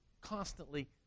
constantly